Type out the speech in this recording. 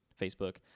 Facebook